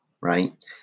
right